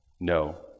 No